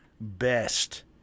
best